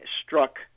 struck